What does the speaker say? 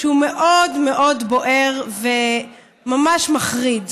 שהוא מאוד מאוד בוער וממש מחריד.